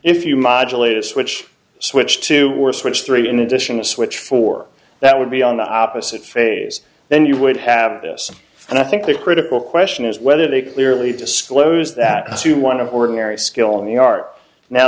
if you modulator switch switch to were switched three in addition a switch for that would be on the opposite phase then you would have this and i think the critical question is whether they clearly disclose that assume one of ordinary skill in the art now